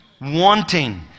wanting